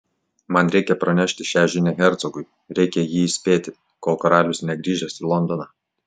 man reikia pranešti šią žinią hercogui reikia jį įspėti kol karalius negrįžęs į londoną